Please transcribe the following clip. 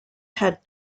had